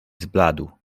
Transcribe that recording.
zbladł